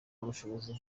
bushobozi